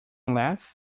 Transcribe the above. laugh